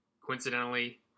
Coincidentally